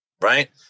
right